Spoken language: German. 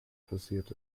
passiert